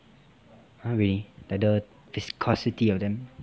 !huh! really like the viscosity of them